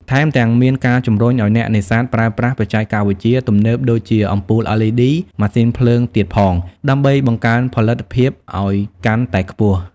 ថែមទាំងមានការជំរុញឱ្យអ្នកនេសាទប្រើប្រាស់បច្ចេកវិទ្យាទំនើបដូចជាអំពូល LED ម៉ាស៊ីនភ្លើងទៀតផង ដើម្បីបង្កើនផលិតភាពអោយកាន់តែខ្ពស់។